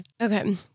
Okay